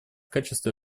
качестве